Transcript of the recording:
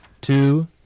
two